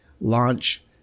launch